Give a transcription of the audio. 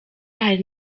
hari